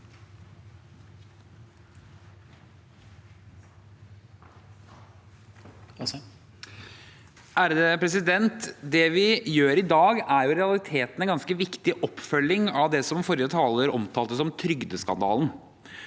(H) Det vi gjør i dag, er i realiteten en ganske viktig oppfølging av det forrige taler omtalte som trygdeskandalen.